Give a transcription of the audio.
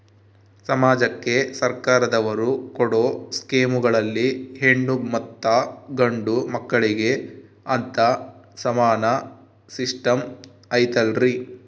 ಸಮಾಜಕ್ಕೆ ಸರ್ಕಾರದವರು ಕೊಡೊ ಸ್ಕೇಮುಗಳಲ್ಲಿ ಹೆಣ್ಣು ಮತ್ತಾ ಗಂಡು ಮಕ್ಕಳಿಗೆ ಅಂತಾ ಸಮಾನ ಸಿಸ್ಟಮ್ ಐತಲ್ರಿ?